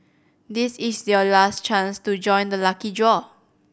this is your last chance to join the lucky draw